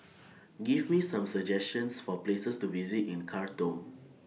Give Me Some suggestions For Places to visit in Khartoum